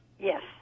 Yes